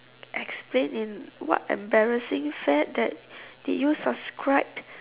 explain in what embarrassing fad that did you subscribe